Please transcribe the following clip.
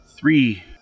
Three